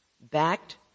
backed